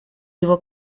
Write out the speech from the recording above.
его